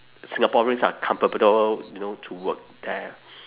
singaporeans are comfortable you know to work there